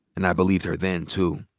and i believed her then, too.